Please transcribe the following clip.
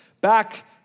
back